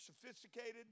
sophisticated